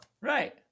Right